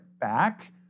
back